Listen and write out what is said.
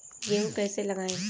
गेहूँ कैसे लगाएँ?